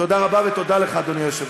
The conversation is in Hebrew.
תודה רבה ותודה לך, אדוני היושב-ראש.